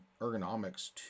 ergonomics